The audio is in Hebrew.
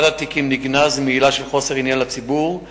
מבירור הפרטים